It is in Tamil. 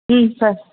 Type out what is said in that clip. ம் க